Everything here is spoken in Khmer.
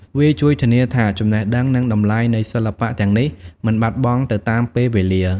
វាជួយធានាថាចំណេះដឹង និងតម្លៃនៃសិល្បៈទាំងនេះមិនបាត់បង់ទៅតាមពេលវេលា។